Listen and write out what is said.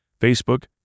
Facebook